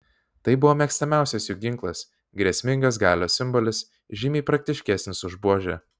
tai buvo mėgstamiausias jų ginklas grėsmingas galios simbolis žymiai praktiškesnis už buožę